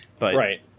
right